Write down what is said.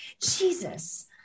Jesus